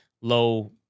low